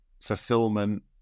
fulfillment